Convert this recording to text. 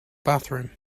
bathroom